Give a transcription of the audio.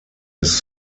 his